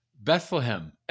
Bethlehem